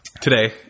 today